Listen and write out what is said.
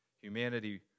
Humanity